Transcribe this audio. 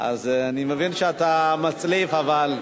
אז אני מבין שאתה מצליף, אבל,